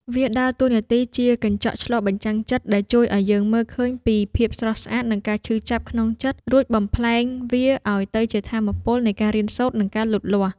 វាដើរតួនាទីជា កញ្ចក់ឆ្លុះបញ្ចាំងចិត្ត ដែលជួយឱ្យយើងមើលឃើញពីភាពស្រស់ស្អាត និងការឈឺចាប់ក្នុងចិត្ត រួចបំប្លែងវាឱ្យទៅជាថាមពលនៃការរៀនសូត្រ និងការលូតលាស់។